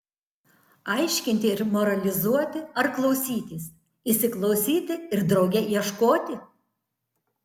aiškinti ir moralizuoti ar klausytis įsiklausyti ir drauge ieškoti